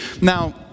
now